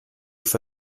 for